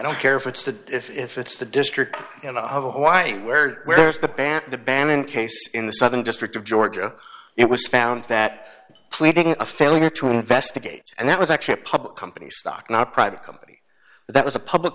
don't care if it's the if it's the district why where where's the back the ban in case in the southern district of georgia it was found that planting a failure to investigate and that was actually a public company stock not private company that was a public